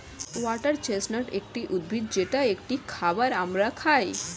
water chestnut একটি উদ্ভিদ যেটা একটি খাবার আমরা খাই